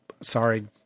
Sorry